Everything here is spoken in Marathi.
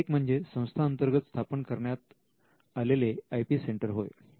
एक म्हणजे संस्थाअंतर्गत स्थापन करण्यात आले आय पी सेंटर होय